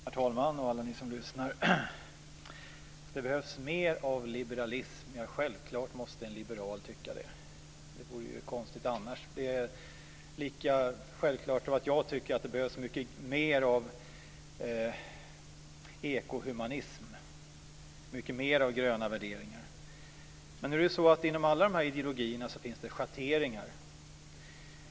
Herr talman och alla ni som lyssnar! Det behövs mer av liberalism - ja, självklart måste en liberal tycka det. Det vore ju konstigt annars. Lika självklart är det att jag tycker att det behövs mycket mer av ekohumanism, mycket mer av gröna värderingar. Men inom alla de här ideologierna finns det schatteringar.